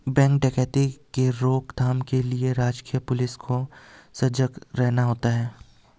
bank डकैती के रोक थाम के लिए राजकीय पुलिस को सजग रहना होता है